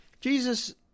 Jesus